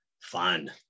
Fun